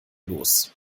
los